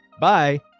Bye